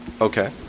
Okay